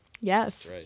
Yes